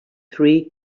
three